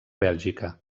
bèlgica